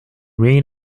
read